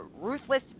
Ruthless